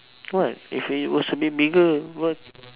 what if it was a bit bigger what